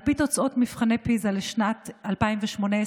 על פי תוצאות מבחני פיז"ה לשנת 2018,